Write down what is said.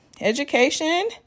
Education